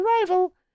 arrival